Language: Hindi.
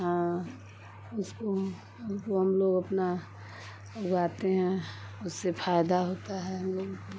हाँ उसको हम लोग अपना उगाते हैं उससे फायदा होता है हम लोगों का